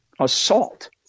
assault